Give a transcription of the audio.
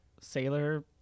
sailor